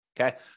Okay